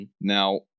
Now